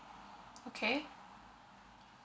okay